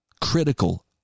critical